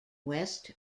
west